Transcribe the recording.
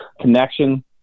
connection